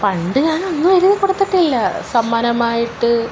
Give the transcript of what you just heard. പണ്ട് ഞാൻ ഒന്നും എഴുതി കൊടുത്തിട്ടില്ല സമ്മാനമായിട്ട്